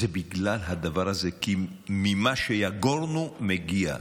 זה בגלל הדבר הזה, כי ממה שיגורנו מגיע,